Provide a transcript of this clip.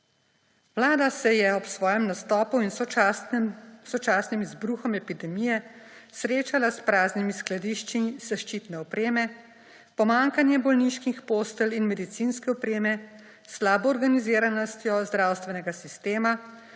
Vlada se je ob svojem nastopu in sočasnim izbruhom epidemije srečala s praznimi skladišči zaščitne opreme, pomanjkanjem bolniških postelj in medicinske opreme, s slabo organiziranostjo zdravstvenega sistema,